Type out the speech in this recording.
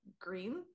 green